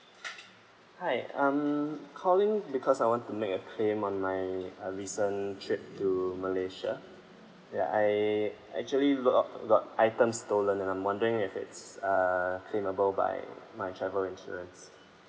hi I'm calling because I want to make a claim on my uh recent trip to malaysia ya I actually looked up got items stolen and I'm wondering if it's uh claimable by my travel insurance